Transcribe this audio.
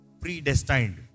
predestined